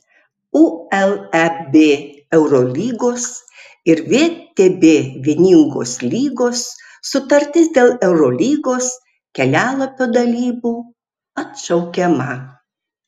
uleb eurolygos ir vtb vieningos lygos sutartis dėl eurolygos kelialapio dalybų atšaukiama